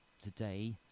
today